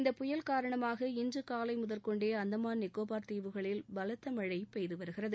இந்தப் புயல் காரணமாக இன்று காலை முதற்கொண்டே அந்தமான் நிக்கோபார் தீவுகளில் பலத்தமழை பெய்து வருகிறது